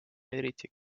eriti